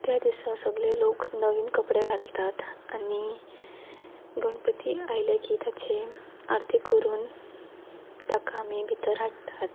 त्या दिसा सगळे लोक नवीन कपडे घालतात आनी गणपती आयले की ताचे आरती करून ताका आमी भितर हाडटात